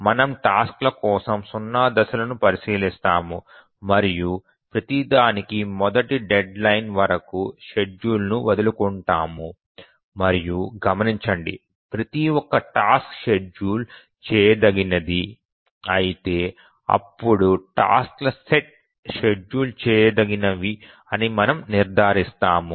మనము టాస్క్ ల కోసం 0 దశలను పరిశీలిస్తాము మరియు ప్రతి దానికి మొదటి డెడ్లైన్ వరకు షెడ్యూల్ను వదులుకుంటాము మరియు గమనించండి ప్రతి ఒక్క టాస్క్ షెడ్యూల్ చేయదగినది అయితే అప్పుడు టాస్క్ ల సెట్ షెడ్యూల్ చేయదగినవి అని మనము నిర్ధారిస్తాము